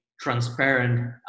transparent